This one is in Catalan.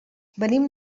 venim